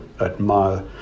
admire